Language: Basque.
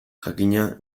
jakina